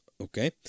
Okay